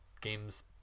games